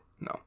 no